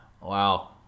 Wow